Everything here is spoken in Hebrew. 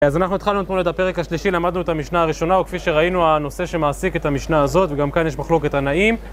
אז אנחנו התחלנו אתמול את הפרק השלישי, למדנו את המשנה הראשונה, וכפי שראינו הנושא שמעסיק את המשנה הזאת, וגם כאן יש מחלוקת תנאים